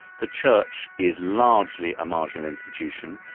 the church is largely a marginal institution.